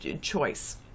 choice